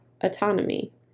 autonomy